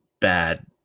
bad